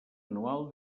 anual